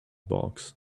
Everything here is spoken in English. box